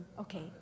Okay